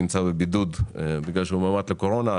נמצא בבידוד בגלל שהוא מאומת לקורונה.